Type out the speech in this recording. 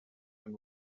and